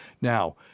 Now